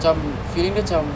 cam feeling dia cam